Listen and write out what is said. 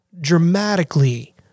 dramatically